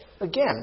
again